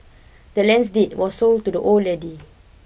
the land's deed was sold to the old lady